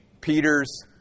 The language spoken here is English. Peter's